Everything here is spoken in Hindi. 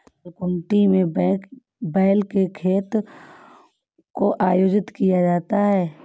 जलीकट्टू में बैल के खेल को आयोजित किया जाता है